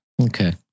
Okay